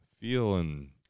Feeling